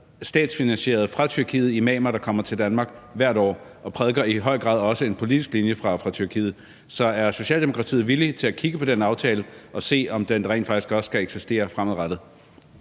statsfinansierede imaner fra Tyrkiet, der kommer til Danmark hvert år og i høj grad også prædiker en politisk linje fra Tyrkiet. Så er Socialdemokratiet villige til at kigge på den aftale og se, om den rent faktisk også skal eksistere fremadrettet?